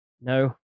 no